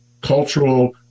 cultural